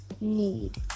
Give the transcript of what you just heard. need